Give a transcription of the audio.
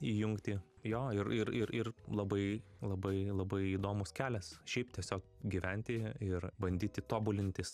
įjungti jo ir ir ir ir labai labai labai įdomūs kelias šiaip tiesiog gyventi ir bandyti tobulintis